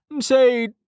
Say